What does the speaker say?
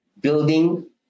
building